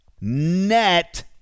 net